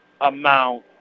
amount